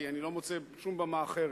כי אני לא מוצא שום במה אחרת